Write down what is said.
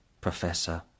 professor